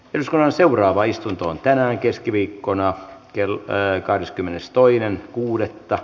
yskää seuraava istunto on tänään keskiviikkona kieltää kahdeskymmenestoinen kuudetta